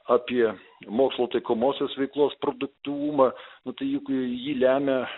apie mūsų taikomosios veiklos produktyvumą dalykai jį lemia